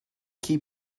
keep